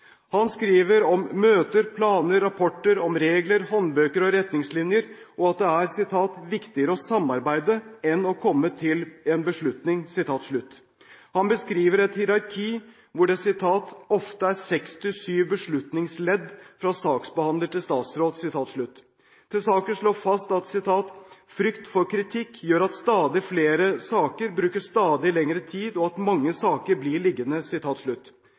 Han skriver om møter, planer og rapporter – om regler, håndbøker og retningslinjer, og at det er «viktigere å samarbeide enn å komme frem til en beslutning». Han beskriver et hierarki hvor det ofte er «seks til syv beslutningsledd fra saksbehandler til statsråd». Tesaker slår fast: «Frykt for kritikk gjør at stadig flere saker tar stadig lengre tid, og at mange saker bare blir liggende.»